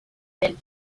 del